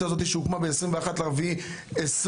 זו שהוקמה ב-21 באפריל 2021,